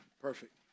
Perfect